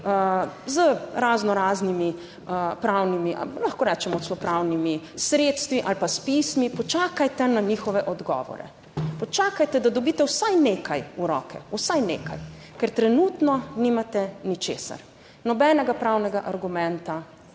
z raznoraznimi pravnimi, lahko rečemo, celo pravnimi sredstvi ali pa s pismi, počakajte, na njihove odgovore. Počakajte, da dobite vsaj nekaj v roke, vsaj nekaj, ker trenutno nimate ničesar, nobenega pravnega argumenta,